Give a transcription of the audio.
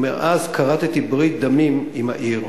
ומאז כרתי ברית דמים עם העיר.